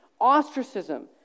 ostracism